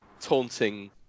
taunting